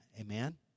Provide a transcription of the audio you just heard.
Amen